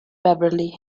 beverly